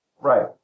Right